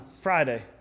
Friday